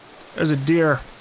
there's a deer.